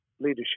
leadership